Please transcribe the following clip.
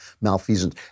malfeasance